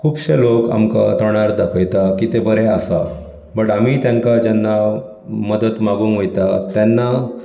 खुबशें लोक आमकां तोंडार दाखयतात की तें बरें आसा बट आमी तेंकां जेन्ना मदत मागूंक वयता तेन्ना